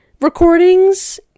recordings